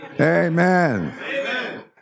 Amen